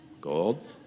Gold